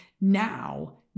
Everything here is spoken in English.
now